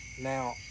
now